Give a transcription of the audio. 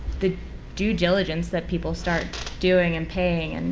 the due diligence that people start doing and paying and